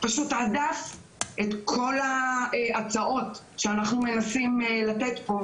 פשוט הדף את כל ההצעות שאנחנו מנסים לתת פה,